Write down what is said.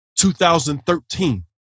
2013